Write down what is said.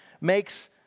makes